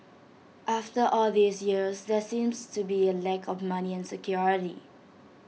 after all these years there seems to be A lack of money and security